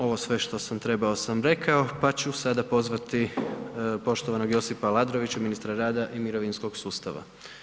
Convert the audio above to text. Ono sve što sam trebao sam rekao pa ću sada pozvati poštovanog Josipa Aladrovića ministra rada i mirovinskog sustava.